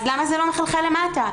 אז למה זה לא מחלחל למטה?